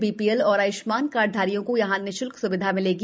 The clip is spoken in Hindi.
बीपीएल एवं आय्ष्मान कार्ड धारियों को यंहा निःशुल्क सुविधा मिलेगी